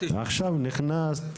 עכשיו נכנסת,